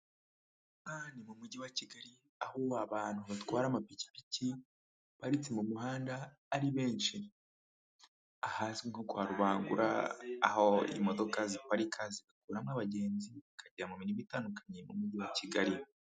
Ni mu mujyi wa kigali aho abantu batwara amapikipiki baparitse mu muhanda ari benshi, ahazwi nko kwa rubangura aho imodoka ziparika zigakuramo abagenzi bakajya mu mirimo itandukanye mu mujyi wa Kigali.